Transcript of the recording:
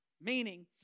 Meaning